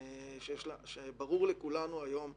וברור לכולנו היום,